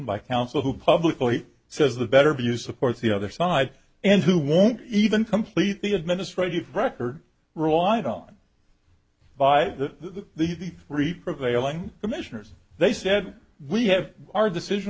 by counsel who publicly says the better view supports the other side and who won't even complete the administrative record relied on by the these three prevailing commissioners they said we have our decision